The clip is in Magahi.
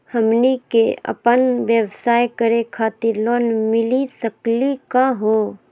हमनी क अपन व्यवसाय करै खातिर लोन मिली सकली का हो?